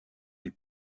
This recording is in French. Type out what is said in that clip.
les